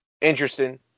interesting